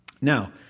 Now